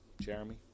Jeremy